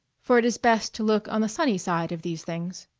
for it is best to look on the sunny side of these things.